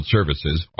Services